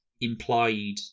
implied